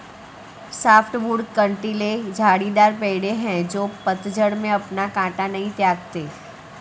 softwood कँटीले झाड़ीदार पेड़ हैं जो पतझड़ में अपना काँटा नहीं त्यागते